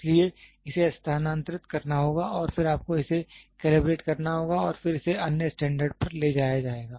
इसलिए इसे स्थानांतरित करना होगा और फिर आपको इसे कैलिब्रेट करना होगा और फिर इसे अन्य स्टैंडर्ड पर ले जाया जाएगा